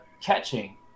catching